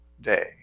day